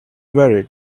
worried